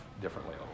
differently